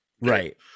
Right